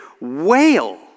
wail